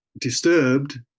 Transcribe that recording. disturbed